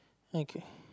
okay